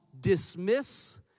dismiss